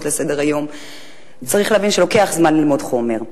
לסדר-היום צריך להבין שלוקח זמן ללמוד חומר.